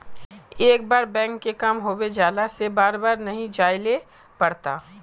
एक बार बैंक के काम होबे जाला से बार बार नहीं जाइले पड़ता?